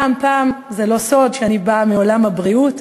זה לא סוד שאני באה מעולם הבריאות,